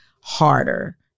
harder